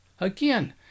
Again